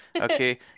Okay